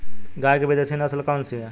गाय की विदेशी नस्ल कौन सी है?